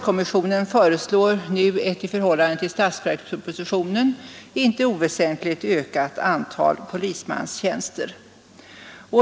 Kommissionen föreslog ett i förhållande till statsverkspropositionen inte oväsentligt ökat antal polismanstjänster.